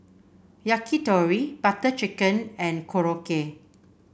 Yakitori Butter Chicken and Korokke